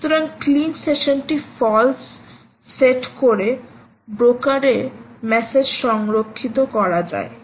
সুতরাং ক্লিন সেশনটি false set করে ব্রোকারে মেসেজ সংরক্ষিত করা যায়